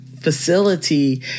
facility